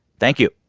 thank you